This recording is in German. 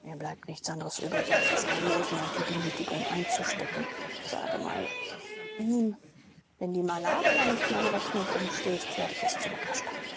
mir bleibt nichts anderes übrig als das almosen und die demütigung einzustecken sage mei ihm wenn die malaria nicht meine rechnung umstößt werde ich es zurückerstatten